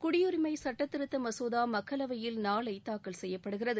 குடியுரிமை சுட்டதிருத்த மசோதா மக்களவையில் நாளை தாக்கல் செய்யப்படுகிறது